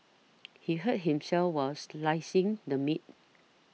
he hurt himself while slicing the meat